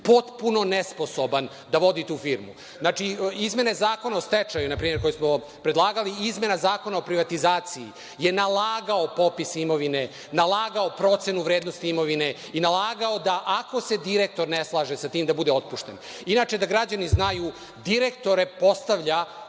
potpuno nesposoban da vodi tu firmu. Izmene Zakona o stečaju npr. koje smo predlagali i izmene Zakona o privatizaciji su nalagale popis imovine, procenu vrednosti imovine i da ako se direktor ne slaže sa tim da bude otpušten. Inače, da građani znaju, direktore postavlja